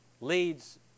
leads